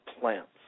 plants